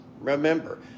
Remember